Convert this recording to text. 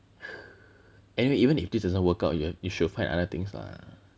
anyway even if this doesn't work out you are you should find other things lah